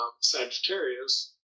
sagittarius